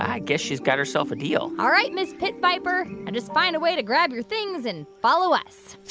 i guess she's got herself a deal all right, ms. pit viper, now and just find a way to grab your things and follow us.